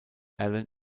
allen